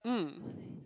mm